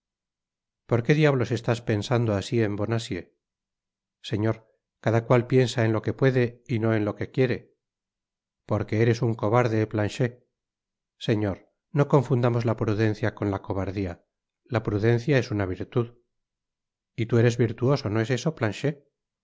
por qué diablos estás pensando así en bonacieux señor cada cual piensa en lo que puede y no en lo que quiere porque eres un cobarde planchet señor no confundamos la prudencia con la cobardia la prudencia es una virtud y tú eres virtuoso no es eso planchet